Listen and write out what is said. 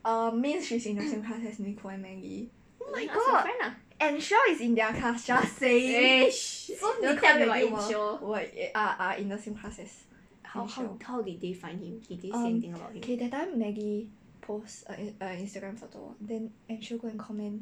um means she's in the same class as nicole and maggie oh my god anshia is in their class just saying so nicole and maggie are are in the same class as anshia um okay that timemaggiepost a a Instagram photo then anshia go and comment